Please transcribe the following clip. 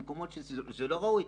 זה לא ראוי.